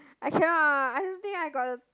I cannot ah I don't think I got the